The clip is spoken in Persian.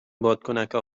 بادکنکا